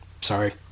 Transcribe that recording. Sorry